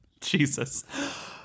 Jesus